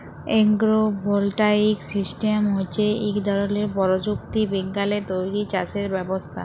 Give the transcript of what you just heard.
agro voltaic system হছে ইক ধরলের পরযুক্তি বিজ্ঞালে তৈরি চাষের ব্যবস্থা